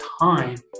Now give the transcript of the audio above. time